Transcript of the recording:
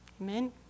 Amen